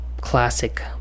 classic